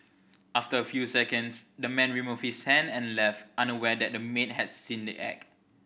after a few seconds the man removed his hand and left unaware that the maid had seen the act